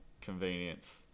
convenience